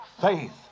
faith